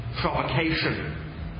provocation